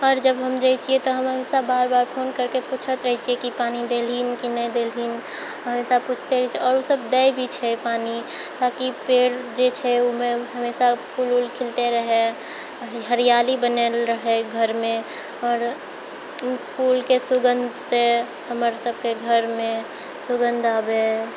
आओर जब हम जाइ छिए तऽ हम हमेशा बेर बेर फोन करिके पुछैत रहै छिए कि पानी देलहिन कि नहि देलहिन हमेशा पुछैत रहै छिए आओर ओ सब दै भी छै भी पानी ताकि पेड़ जे छै ओहिमे हमेशा फूल उल खिलते रहै हरियाली बनल रहै घरमे आओर फूलके सुगन्ध से हमर सबके घरमे सुगन्ध आबै